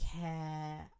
care